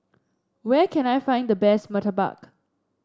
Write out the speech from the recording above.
where can I find the best murtabak